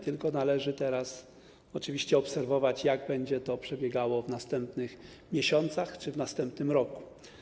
Teraz należy to oczywiście obserwować, jak będzie to przebiegało w następnych miesiącach czy w następnym roku.